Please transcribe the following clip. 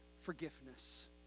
forgiveness